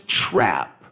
trap